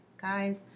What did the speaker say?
guys